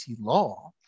law